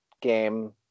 game